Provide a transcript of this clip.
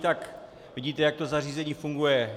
Tak vidíte, jak to zařízení funguje.